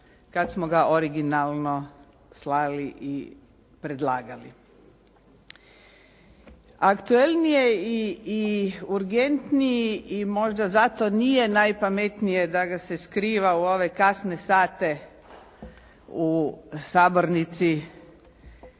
kada smo ga originalno slali i predlagali. Aktualniji i urgentniji i možda zato nije najpametnije da ga se skriva u ove kasne sate u sabornici